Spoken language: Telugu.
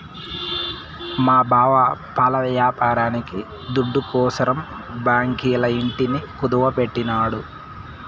మా బావకి పాల యాపారం దుడ్డుకోసరం బాంకీల ఇంటిని కుదువెట్టినాడు